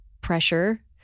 pressure